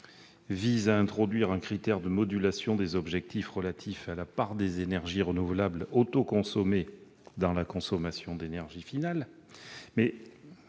d'introduire un critère de modulation des objectifs relatifs à la part des énergies renouvelables autoconsommées dans la consommation d'énergie finale.